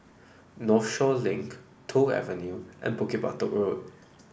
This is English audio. Northshore Link Toh Avenue and Bukit Batok Road